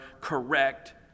correct